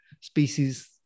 species